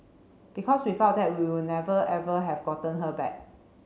because without that we would never ever have gotten her back